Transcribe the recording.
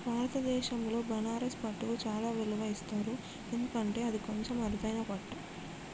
భారతదేశంలో బనారస్ పట్టుకు చాలా విలువ ఇస్తారు ఎందుకంటే అది కొంచెం అరుదైన పట్టు